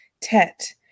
Tet